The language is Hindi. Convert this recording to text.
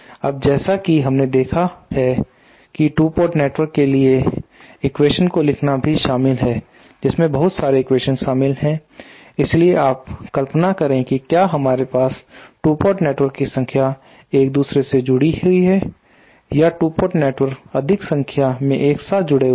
अब जैसा कि हमने देखा है कि 2 पोर्ट नेटवर्क के लिए एक्वेशन्स को लिखना भी शामिल है जिसमें बहुत सारे एक्वेशन शामिल हैं इसलिए आप कल्पना करें कि क्या हमारे पास 2 पोर्ट नेटवर्क की संख्या एक दूसरे से जुड़ी हुई है या 2 पोर्ट नेटवर्क अधिक संख्या में एक साथ जुड़े हुए हैं